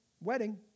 wedding